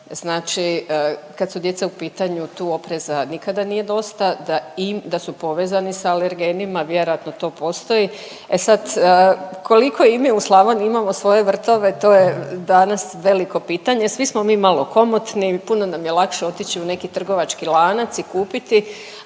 Znači kad su djeca u pitanju tu opreza nikada nije dosta, da su povezani sa alergenima vjerojatno to postoji. E sad koliko i mi u Slavoniji imamo svoje vrtove to je danas veliko pitanje. Svi smo mi malo komotni, puno nam je otići u neki trgovački lanac i kupiti,